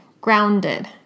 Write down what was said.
grounded